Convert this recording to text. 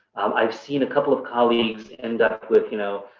i've seen a couple of colleagues end up with, you know,